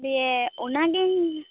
ᱦᱮ ᱚᱱᱟᱜᱤᱧ